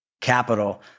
capital